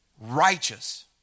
righteous